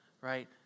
right